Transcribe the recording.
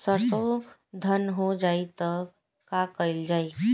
सरसो धन हो जाई त का कयील जाई?